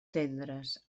tendres